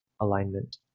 alignment